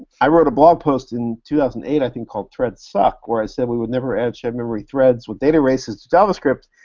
i wrote a blog post in two thousand and eight, i think, called threads suck, where i said we would never add shared memory threads with data racers to javascript,